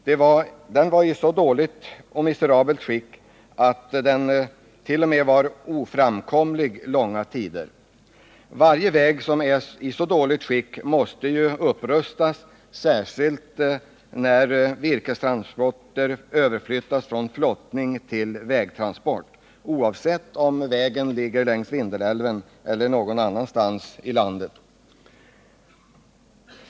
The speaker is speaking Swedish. Den var i så miserabelt skick att den långa tider t.o.m. var oframkomlig. Varje väg som är i så dåligt skick måste upprustas, särskilt när virkestransporter överflyttas från flottled till väg, oavsett om vägen går längs Vindelälven eller finns någon annanstans i landet.